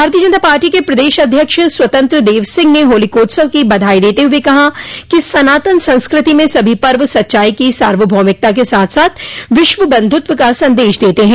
भारतीय जनता पार्टी के प्रदेश अध्यक्ष स्वतंत्र देव सिंह ने होलिकोत्सव की बधाई देते हुए कहा है कि सनातन संस्कृति में सभी पर्व सच्चाई की सार्वभौमिकता के साथ साथ विश्वबन्धुत्व का सन्देश देते हैं